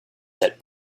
set